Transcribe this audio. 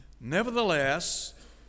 Nevertheless